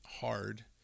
hard